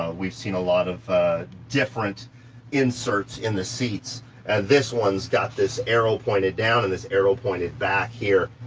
um we've seen a lot of different inserts in the seats and this one's got this arrow pointed down and this arrow pointed back here,